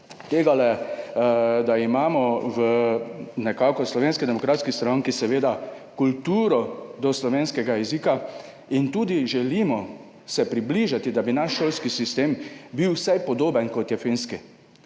tega, da imamo v Slovenski demokratski stranki seveda kulturo do slovenskega jezika in se tudi želimo približati, da bi naš šolski sistem bil vsaj podoben, kot je finski.